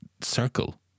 circle